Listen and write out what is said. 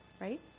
right